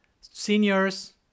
seniors